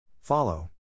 Follow